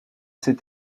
ses